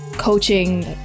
coaching